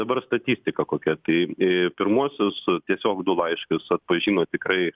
dabar statistika kokia tai į pirmuosius tiesiog du laiškus atpažino tikrai